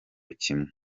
kimwe